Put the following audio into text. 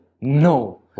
No